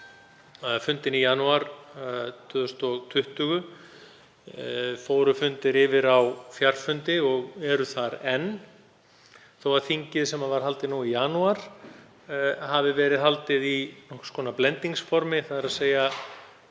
fundinn í janúar 2020 fóru fundir yfir í fjarfundi og eru það enn þótt þingið sem var haldið nú í janúar hafi verið haldið í einhvers konar blendingsformi, hluti þingmanna